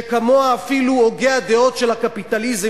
שכמוה אפילו הוגי הדעות של הקפיטליזם,